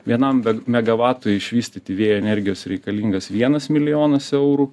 vienam megavatui išvystyti vėjo energijos reikalingas vienas milijonas eurų